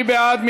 מי בעד?